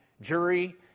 jury